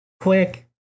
quick